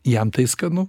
jam tai skanu